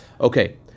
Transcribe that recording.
Okay